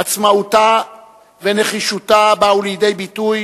עצמאותה ונחישותה באו לידי ביטוי